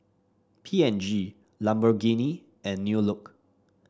P and G Lamborghini and New Look